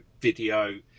video